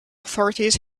authorities